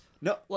No